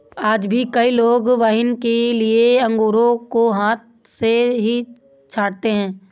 आज भी कई लोग वाइन के लिए अंगूरों को हाथ से ही छाँटते हैं